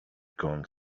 going